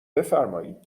بفرمایید